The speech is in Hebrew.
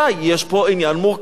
יש פה עניין מורכב,